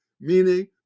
meaning